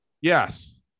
Yes